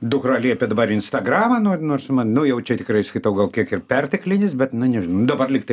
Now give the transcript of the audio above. dukra liepė dabar instagramą nors man nu jau čia tikrai skaitau gal kiek ir perteklinis bet na dabar lygtai